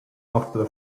after